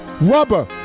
rubber